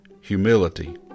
Humility